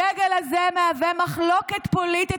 הדגל הזה מהווה מחלוקת פוליטית,